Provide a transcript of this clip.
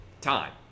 time